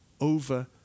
over